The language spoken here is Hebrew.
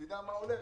תדע מה הולך.